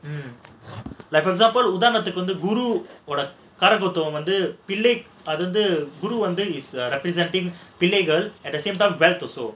like for example உதாரணதுக்கு வந்து குருவோட பிள்ளை:utharanathukku vandhu guruvoda pilla is representing பிள்ளைகள்:pillaigal at the same time wealth also